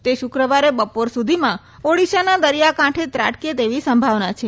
તે શુક્રવારે બપોર સુધીમાં ઓડીશાના દરિયાકાંઠે ત્રાટકે તેવી સંભાવના છે